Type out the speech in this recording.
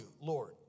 Lord